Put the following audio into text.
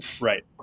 Right